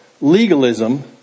legalism